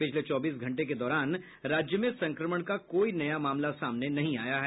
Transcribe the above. पिछले चौबीस घंटे के दौरान राज्य में संक्रमण का कोई नया मामला सामने नहीं आया है